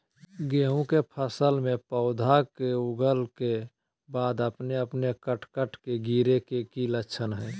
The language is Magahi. गेहूं के फसल में पौधा के उगला के बाद अपने अपने कट कट के गिरे के की लक्षण हय?